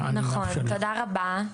נכון, תודה רבה.